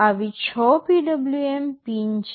આવી છ PWM pin છે